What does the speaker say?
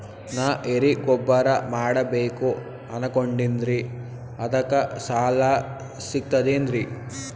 ನಾ ಎರಿಗೊಬ್ಬರ ಮಾಡಬೇಕು ಅನಕೊಂಡಿನ್ರಿ ಅದಕ ಸಾಲಾ ಸಿಗ್ತದೇನ್ರಿ?